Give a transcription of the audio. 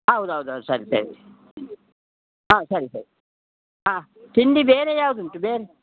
ಹೌದು ಹೌದು ಹೌದು ಸರಿ ಸರಿ ಹಾಂ ಸರಿ ಸರಿ ಹಾಂ ತಿಂಡಿ ಬೇರೆ ಯಾವ್ದು ಉಂಟು ಬೇರೆ